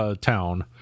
town